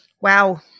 Wow